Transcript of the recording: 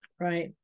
Right